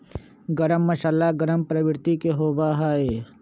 गर्म मसाला गर्म प्रवृत्ति के होबा हई